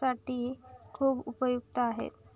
साठी खूप उपयुक्त आहे